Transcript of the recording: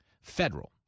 Federal